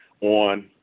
on